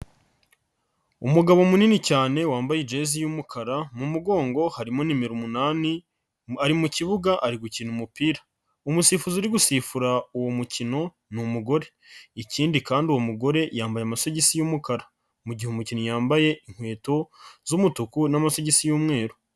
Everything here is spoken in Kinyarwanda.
Umugabo munini cyane wambaye ijezi y'umukara, mu mugongo harimo nimero umunani, ari mukibuga ari gukina umupira. Umusifuzi uri gusifura uwo mukino ni umugore. Ikindi kandi uwo mugore yambaye amasogisi y'umukara. Mu gihe umukinnyi yambaye inkweto z'umutuku n'amagisi y'umweru.